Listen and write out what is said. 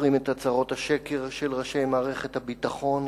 זוכרים את הצהרות השקר של ראשי מערכת הביטחון,